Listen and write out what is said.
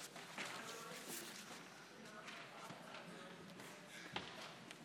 חבר הכנסת משה